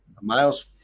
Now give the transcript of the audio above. Miles